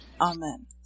Amen